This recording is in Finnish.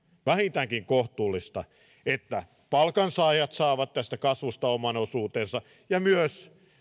vähintäänkin kohtuullista että palkansaajat saavat tästä kasvusta oman osuutensa ja myös